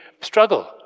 struggle